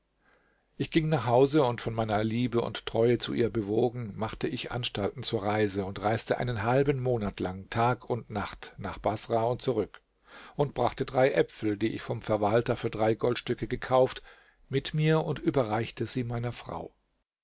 ich ging nach hause und von meiner liebe und treue zu ihr bewogen machte ich anstalten zur reise und reiste einen halben monat lang tag und nacht nach baßrah und zurück und brachte drei äpfel die ich vom verwalter für drei goldstücke gekauft mit mir und überreichte sie meiner frau